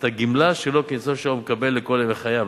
את הגמלה שלו כניצול שואה הוא מקבל לכל ימי חייו.